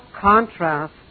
contrast